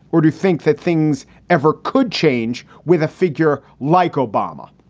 or do you think that things ever could change with a figure like obama?